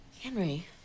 henry